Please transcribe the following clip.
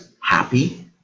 happy